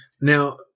Now